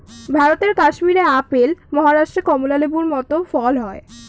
ভারতের কাশ্মীরে আপেল, মহারাষ্ট্রে কমলা লেবুর মত ফল হয়